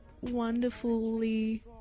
wonderfully